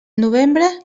novembre